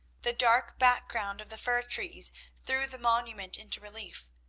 the dark background of the fir trees threw the monument into relief,